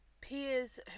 peers